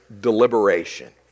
deliberation